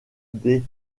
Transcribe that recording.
des